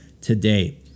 today